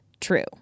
true